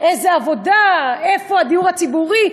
איזה עבודה, איפה הדיור הציבורי?